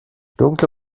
dunkle